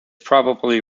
probably